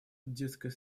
детской